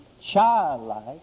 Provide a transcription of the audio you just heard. childlike